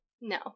No